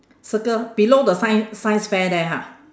circle below the scien~ science fair there ha